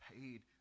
paid